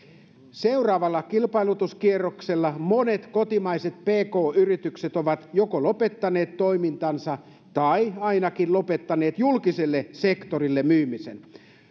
seuraavalla kilpailutuskierroksella monet kotimaiset pk yritykset ovat joko lopettaneet toimintansa tai ainakin lopettaneet julkiselle sektorille myymisen